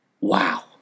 Wow